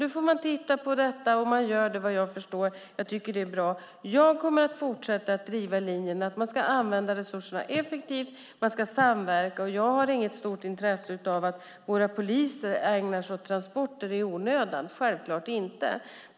Nu får man titta på detta, och det görs också vad jag förstår, vilket är bra. Jag kommer att fortsätta att driva linjen att man ska använda resurserna effektivt och samverka. Jag har inget intresse av att våra poliser i onödan ägnar sig åt transporter, självklart inte.